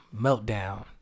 meltdown